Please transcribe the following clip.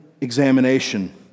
examination